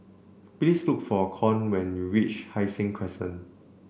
please look for Con when you reach Hai Sing Crescent